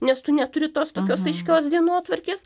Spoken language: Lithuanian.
nes tu neturi tos tokios aiškios dienotvarkės